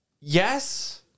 Yes